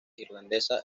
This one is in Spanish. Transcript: irlandesa